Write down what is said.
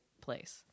place